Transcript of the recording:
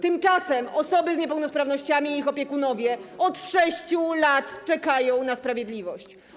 Tymczasem osoby z niepełnosprawnościami i ich opiekunowie od 6 lat czekają na sprawiedliwość.